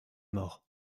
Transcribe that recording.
mort